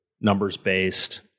numbers-based